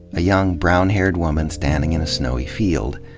a young brown-haired woman standing in a snowy field.